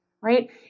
right